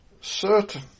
certain